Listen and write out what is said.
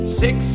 six